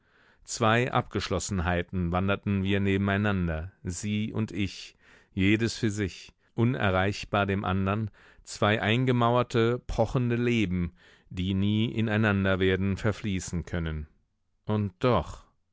zwei abgeschlossenheiten wanderten wir nebeneinander sie und ich jedes für sich unerreichbar dem andern zwei eingemauerte pochende leben die nie ineinander werden verfließen können und doch